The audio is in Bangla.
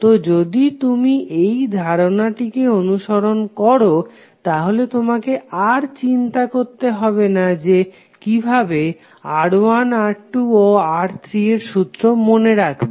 তো যদি তুমি এই ধারণাটিকে অনুসরন করো তাহলে তোমাকে আর চিন্তা করতে হবে না যে কিভাবে R1 R2 ও R3 এর সূত্র মনে রাখবে